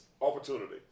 opportunity